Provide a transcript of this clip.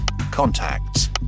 Contacts